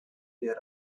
there